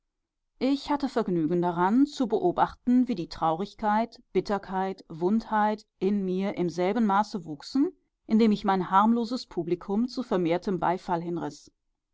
ich hatte vergnügen daran zu beobachten wie die traurigkeit bitterkeit wundheit in mir im selben maße wuchsen in dem ich mein harmloses publikum zu vermehrtem beifall hinriß